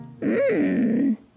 Mmm